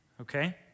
Okay